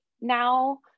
now